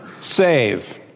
save